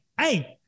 hey